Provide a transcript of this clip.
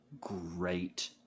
great